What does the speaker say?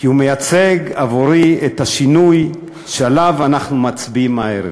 כי הוא מייצג עבורי את השינוי שעליו אנחנו מצביעים הערב.